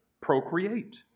procreate